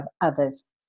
others